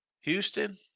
Houston